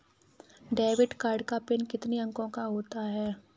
Debit card का PIN कितने अंकों का होता है?